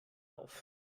auf